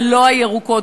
ללא "הירוקות".